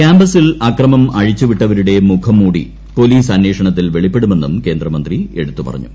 കാമ്പസിൽ അക്രമം അഴിച്ചുവിട്ടവരുടെ മുഖംമൂടി പോലീസ് അന്വേഷണത്തിൽ വെളിപ്പെടുമെന്നും കേന്ദ്രമന്ത്രി എടുത്തുപറഞ്ഞു